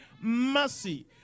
mercy